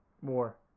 More